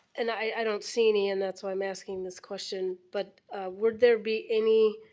and i don't see any and that's why i'm asking this question, but would there be any